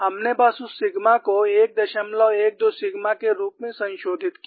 हमने बस उस सिग्मा को 112 सिग्मा के रूप में संशोधित किया